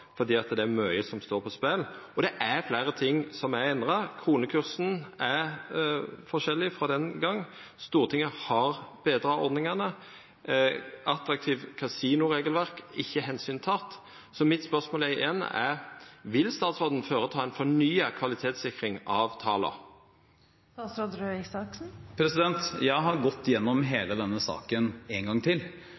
det er mykje som står på spel. Det er fleire ting som er endra. Kronekursen er forskjellig frå den gongen. Stortinget har betra ordningane. Attraktivt kasinoregelverk er det ikkje teke omsyn til. Så mitt spørsmål er igjen: Vil statsråden føreta ei fornya kvalitetssikring av tala? Jeg har gått gjennom hele denne saken en gang til. Men det har